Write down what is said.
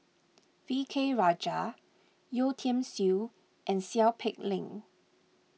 V K Rajah Yeo Tiam Siew and Seow Peck Leng